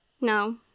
No